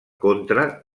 contra